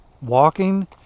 walking